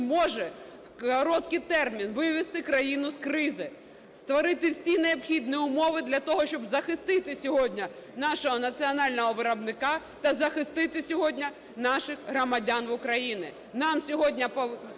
зможе в короткий термін вивести країну з кризи, створити всі необхідні умови для того, щоб захистити сьогодні нашого національного виробника та захистити сьогодні наших громадян України.